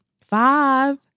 five